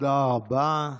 תודה רבה.